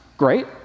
Great